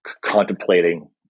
contemplating